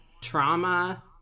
trauma